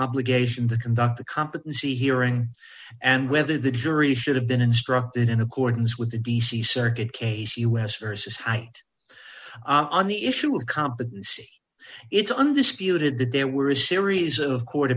obligation to conduct the competency hearing and whether the jury should have been instructed in accordance with the d c circuit case us vs height on the issue of competency it's undisputed that there were a series of court